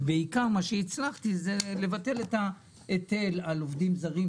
ומה שבעיקר הצלחתי זה לבטל את ההיטל על עובדים זרים,